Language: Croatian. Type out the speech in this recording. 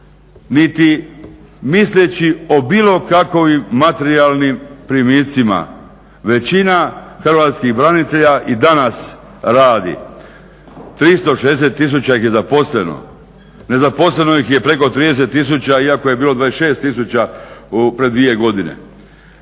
niti misleći o bilo kakovim materijalnim primicima. Većina hrvatskih branitelja i danas radi. 360 tisuća ih je zaposleno, nezaposleno ih je preko 30 tisuća iako je bilo 26 tisuća pred dvije godine.